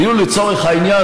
לצורך העניין,